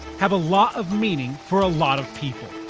have a lot of meaning for a lot of people.